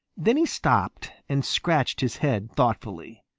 then he stopped and scratched his head thoughtfully.